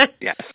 Yes